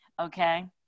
Okay